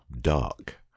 dark